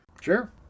Sure